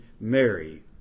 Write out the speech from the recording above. mary